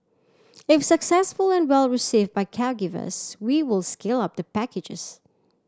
if successful and well received by caregivers we will scale up the packages